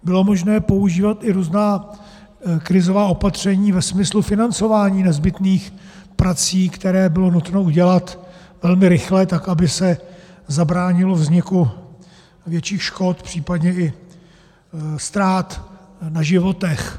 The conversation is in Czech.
Bylo možné používat i různá krizová opatření ve smyslu financování nezbytných prací, které bylo nutné udělat velmi rychle, tak aby se zabránilo vzniku větších škod, případně i ztrát na životech.